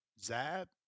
Zab